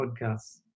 podcasts